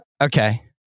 Okay